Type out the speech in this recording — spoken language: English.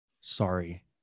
sorry